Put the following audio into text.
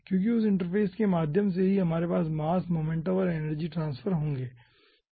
क्योंकि उस इंटरफ़ेस के माध्यम से ही हमारे पास मास मोमेंटम और एनर्जी ट्रांसफर होंगे